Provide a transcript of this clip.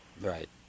Right